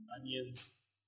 onions